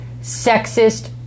sexist